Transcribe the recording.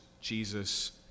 Jesus